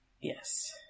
Yes